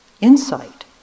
insight